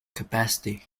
capacity